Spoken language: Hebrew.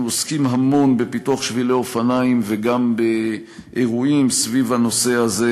אנחנו עוסקים המון בפיתוח שבילי אופניים וגם באירועים סביב הנושא הזה.